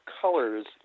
colors